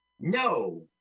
no